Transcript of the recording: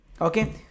Okay